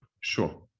Sure